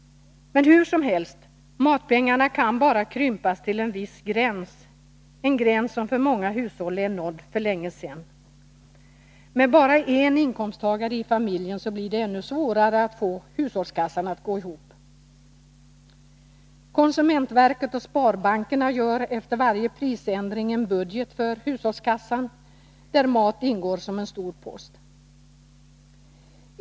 Men hur som helst: matpengarna kan krympas bara till en viss gräns, en gräns som för många hushåll är nådd för länge sedan. Med bara en inkomsttagare i familjen blir det ännu svårare att få hushållskassan att gå ihop. Konsumentverket och sparbankerna gör efter varje prisändring en budget för hushållskassan, där mat ingår som en stor post.